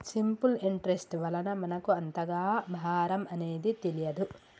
simple interest వలన మనకు అంతగా భారం అనేది తెలియదు